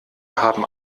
haben